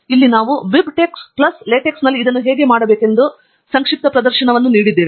ಇಲ್ಲಿ ನಾವು BibTeX plus ಲಾಟೆಕ್ಸ್ನಲ್ಲಿ ಇದನ್ನು ಹೇಗೆ ಮಾಡಬೇಕೆಂದು ಸಂಕ್ಷಿಪ್ತ ಪ್ರದರ್ಶನವನ್ನು ನೋಡುತ್ತೇವೆ